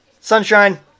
Sunshine